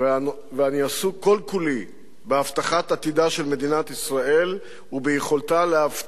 ואני עסוק כל כולי בהבטחת עתידה של מדינת ישראל וביכולתה להבטיח